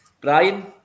Brian